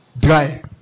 dry